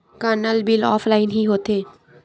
का नल bill offline हि होथे?